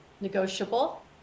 negotiable